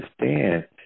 understand